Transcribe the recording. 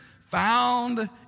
found